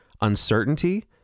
uncertainty